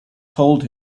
told